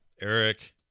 Eric